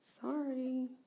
Sorry